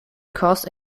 cause